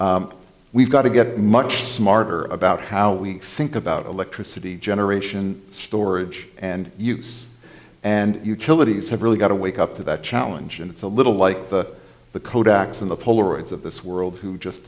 wind we've got to get much smarter about how we think about electricity generation storage and use and kill it is have really got to wake up to that challenge and it's a little like the kodaks in the polaroids of this world who just